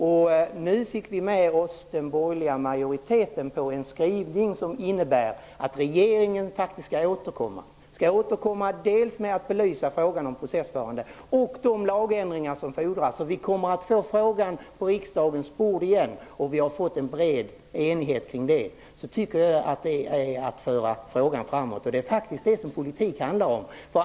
Vi har nu fått med oss den borgerliga majoriteten i en skrivning som innebär att regeringen skall återkomma. Den skall återkomma och belysa dels frågan om en processförande roll för Handikappsombudsmannen, dels frågan om de lagändringar som fordras. Vi kommer att få frågan på riksdagens bord igen, och vi har fått en bred enighet om det. Jag tycker det är att föra frågan framåt, och det är det som politik handlar om.